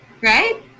right